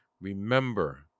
remember